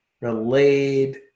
relayed